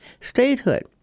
statehood